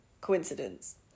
coincidence